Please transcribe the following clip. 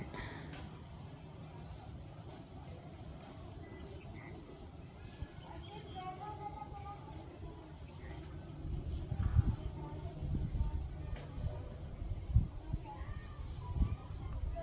ಸೈನಿಕ ಹುಳು ರೋಗವನ್ನು ಯಾವ ರೇತಿ ನಿರ್ವಹಣೆ ಮಾಡಬೇಕ್ರಿ?